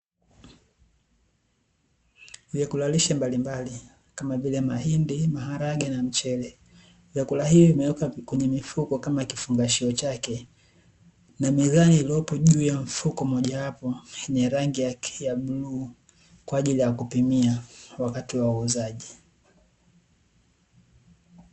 Vyakula lishe mbalimbali kama vile: mahindi, maharage na mchele. Vyakula hivi vimewekwa kwenye mifuko kama kifungashio chake. Na mizani iliyopo juu ya mfuko mmojawapo, yenye rangi yake ya bluu kwa ajili ya kupimia wakati wa uuzaji.